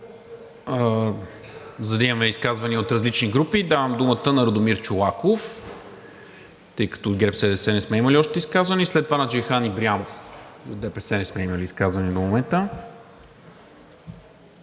за да имаме изказвания от различни групи, давам думата на Радомир Чолаков, тъй като от ГЕРБ-СДС не сме имали още изказване, и след това на Джейхан Ибрямов. И от ДПС не сме имали изказване до момента.